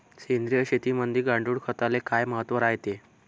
सेंद्रिय शेतीमंदी गांडूळखताले काय महत्त्व रायते?